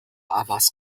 عوض